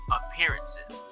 appearances